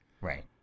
right